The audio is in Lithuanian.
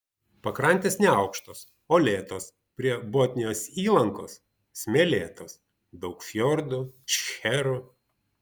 pakrantės neaukštos uolėtos prie botnijos įlankos smėlėtos daug fjordų šcherų